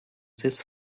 this